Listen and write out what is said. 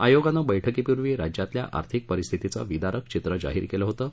आयोगानं बैठकीपूर्वी राज्यातल्या आर्थिक परिस्थतीचं विदारक चित्र जाहीर केलं होतं